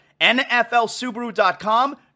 nflsubaru.com